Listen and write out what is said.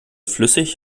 flüssig